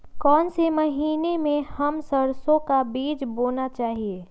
कौन से महीने में हम सरसो का बीज बोना चाहिए?